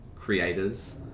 creators